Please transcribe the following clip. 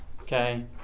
okay